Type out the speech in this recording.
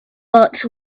but